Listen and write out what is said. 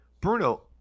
Bruno